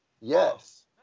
Yes